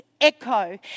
echo